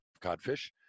codfish